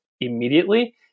immediately